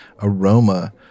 aroma